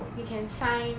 he can sign